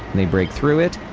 they break through it,